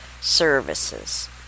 services